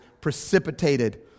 precipitated